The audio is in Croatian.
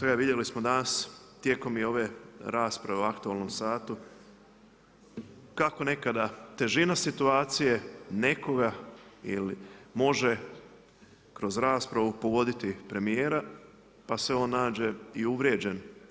Vidjeli smo danas tijekom i ove rasprave o aktualnom satu kako nekada težina situacije nekoga može kroz raspravu pogoditi premijera pa se on nađe i uvrijeđen.